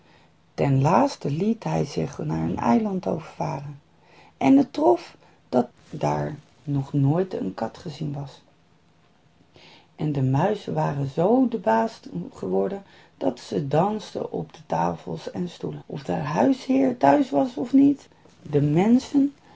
ten laatste liet hij zich naar een eiland overvaren en het trof dat er daar nog nooit een kat gezien was en de muizen waren zoo de baas geworden dat ze dansten op tafels en stoelen of de huisheer thuis was of niet de menschen